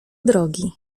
drogi